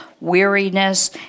weariness